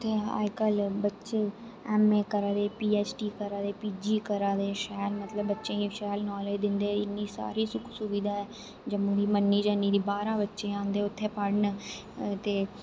उत्थै अज्जकल बच्चे एम ए करै दे पी एच डी करै दे पी जी करै दे शैल मतलब बच्चें गी शैल नालेज दिंदे इन्नी सारी सुख सुविधा ऐ जम्मू दी मन्नी जन्नी दी बाहरा बच्चे औंदे उत्थै औंदे पढ़न ते